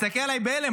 מסתכל עליי בהלם.